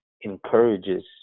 encourages